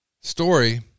story